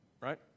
right